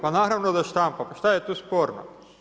Pa naravno da štampa pa šta je tu sporno?